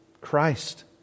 Christ